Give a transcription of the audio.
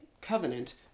covenant